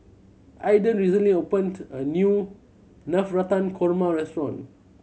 Ayden recently opened a new Navratan Korma restaurant